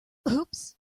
oops